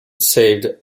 saved